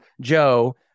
Joe